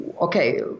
okay